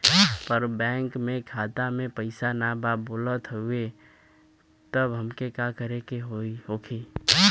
पर बैंक मे खाता मे पयीसा ना बा बोलत हउँव तब हमके का करे के होहीं?